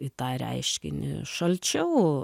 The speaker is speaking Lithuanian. į tą reiškinį šalčiau